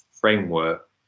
framework